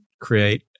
create